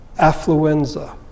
affluenza